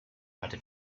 hatte